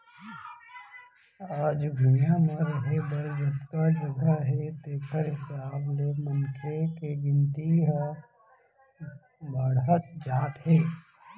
आज भुइंया म रहें बर जतका जघा हे तेखर हिसाब ले मनखे के गिनती ह बाड़हत जात हे